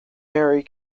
mary